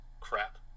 crap